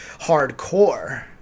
hardcore